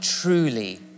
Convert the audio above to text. truly